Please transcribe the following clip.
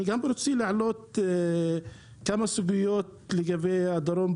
אני גם רוצה להעלות כמה סוגיות לגבי הדרום,